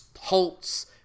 halts